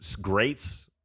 greats